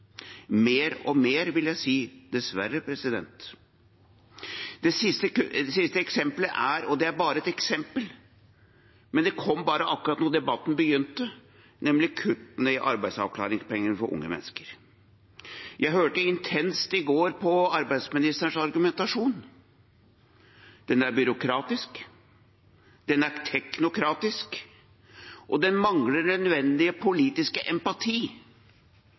mer og mer, dessverre, vil jeg si. Det siste eksempelet – og det er bare et eksempel, men det kom bare akkurat da debatten begynte – er nemlig kuttene i arbeidsavklaringspengene for unge mennesker. Jeg hørte intenst i går på arbeidsministerens argumentasjon. Den er byråkratisk, den er teknokratisk, og den mangler den nødvendige politiske empati